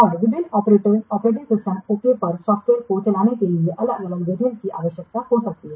और विभिन्न operating system okay पर सॉफ्टवेयर को चलाने के लिए अलग अलग वेरिएंट की आवश्यकता हो सकती है